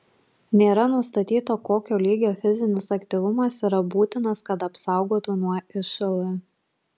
nėra nustatyta kokio lygio fizinis aktyvumas yra būtinas kad apsaugotų nuo išl